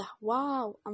Wow